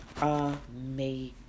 amazing